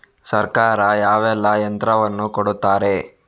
ಸರ್ಕಾರ ಯಾವೆಲ್ಲಾ ಯಂತ್ರವನ್ನು ಕೊಡುತ್ತಾರೆ?